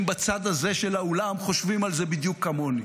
בצד הזה של האולם חושבים על זה בדיוק כמוני.